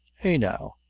ah, now?